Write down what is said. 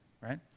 right